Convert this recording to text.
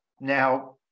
now